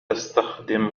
تستخدم